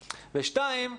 ושנית,